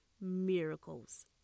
miracles